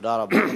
תודה רבה.